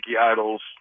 idols